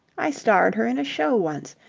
i starred her in a show once.